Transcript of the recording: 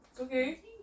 okay